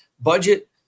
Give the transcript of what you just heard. budget